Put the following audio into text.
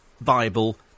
Bible